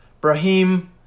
Brahim